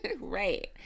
Right